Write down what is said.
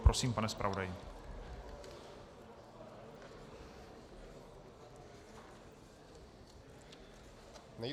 Prosím, pane zpravodaji.